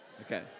Okay